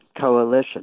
coalition